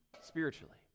spiritually